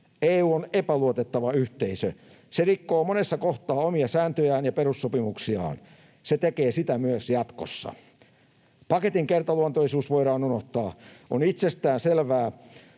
EU on epäluotettava yhteisö. Se rikkoo monessa kohtaa omia sääntöjään ja perussopimuksiaan. Se tekee sitä myös jatkossa. Paketin kertaluontoisuus voidaan unohtaa. On itsestäänselvää,